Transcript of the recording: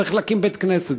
צריך להקים בית כנסת,